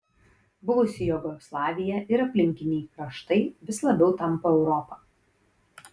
buvusi jugoslavija ir aplinkiniai kraštai vis labiau tampa europa